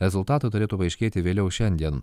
rezultatai turėtų paaiškėti vėliau šiandien